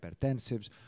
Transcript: antihypertensives